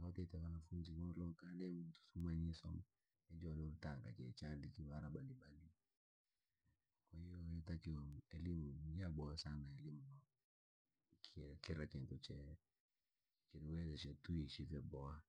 Kwatite wanafunzi woolokare, utumanyisoma. Unjolotanga ke che vandikire alama balibali. Kwahiyo, yotakiwa elimu yaboha sana elimu no. Kiratendo che ilituweze uishi vyaboha.